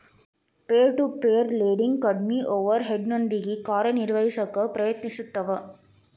peer to peer lending ಕಡ್ಮಿ ಓವರ್ ಹೆಡ್ನೊಂದಿಗಿ ಕಾರ್ಯನಿರ್ವಹಿಸಕ ಪ್ರಯತ್ನಿಸ್ತವ